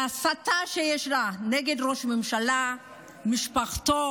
ההסתה שיש נגד ראש הממשלה ומשפחתו,